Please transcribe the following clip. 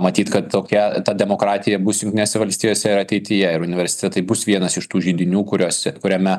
matyt kad tokia ta demokratija bus jungtinėse valstijose ir ateityje ir universitetai bus vienas iš tų židinių kuriuose kuriame